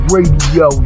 Radio